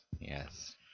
Yes